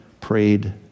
prayed